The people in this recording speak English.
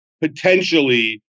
potentially